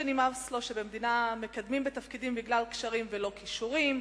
שנמאס לו שבמדינה מקדמים בתפקידים בגלל קשרים ולא כישורים,